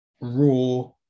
raw